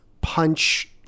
punch